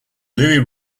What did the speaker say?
louis